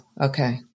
Okay